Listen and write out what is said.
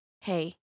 hey